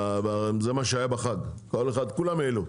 זה מה שהיה בחג, כולם העלו.